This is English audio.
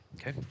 Okay